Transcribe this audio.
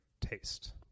taste